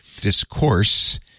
Discourse